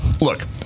Look